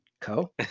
Co